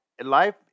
Life